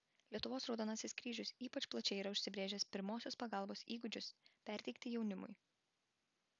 lietuvos raudonasis kryžius ypač plačiai yra užsibrėžęs pirmosios pagalbos įgūdžius perteikti jaunimui